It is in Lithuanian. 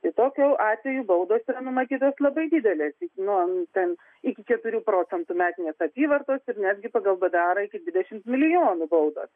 tai tokiu atveju baudos yra numatytos labai didelės nuo ten iki keturių procentų metinės apyvartos ir netgi pagal badarą iki dvidešimt milijonų baudos